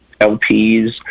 LPs